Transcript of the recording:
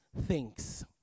thinks